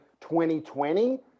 2020